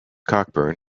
cockburn